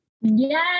Yes